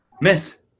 Miss